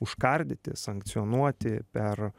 užkardyti sankcionuoti per